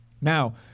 Now